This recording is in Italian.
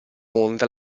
onda